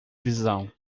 visão